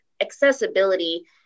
accessibility